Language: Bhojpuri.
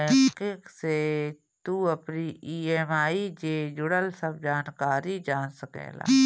ऑनलाइन बैंकिंग से तू अपनी इ.एम.आई जे जुड़ल सब जानकारी जान सकेला